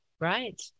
Right